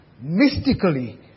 mystically